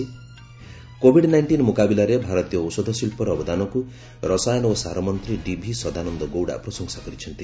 Covid ନାଇଷ୍ଟି ମ୍ରକାବିଲାରେ ଭାରତୟ ଔଷଧ ଶିଚ୍ଚର ଅବଦାନକ୍ ରସାୟନ ଓ ସାର ମନ୍ତ୍ରୀ ଡିଭି ସଦାନନ୍ଦ ଗୌଡ଼ା ପ୍ରଶଂସା କରିଛନ୍ତି